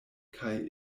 kaj